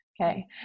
okay